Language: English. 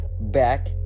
back